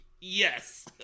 yes